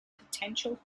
potential